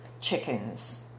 chickens